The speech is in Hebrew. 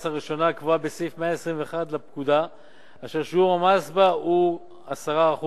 הראשונה הקבועה בסעיף 121 לפקודה אשר שיעור המס בה הוא 10%,